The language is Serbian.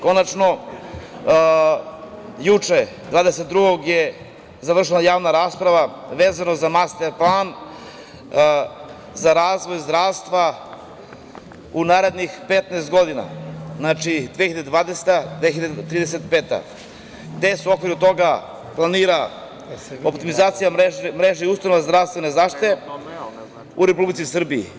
Konačno juče 22. februara završena je javna rasprava vezano za Master plan za razvoj zdravstva u narednih 15 godina, znači 2020-2035. godina, gde se u okviru toga planira optimizacija mreže i ustanova zdravstvene zaštite u Republici Srbiji.